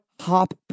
hop